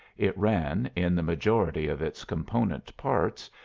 it ran, in the majority of its component parts,